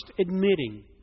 admitting